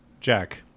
Jack